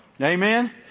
Amen